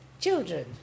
Children